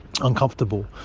uncomfortable